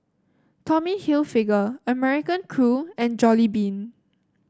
Tommy Hilfiger American Crew and Jollibean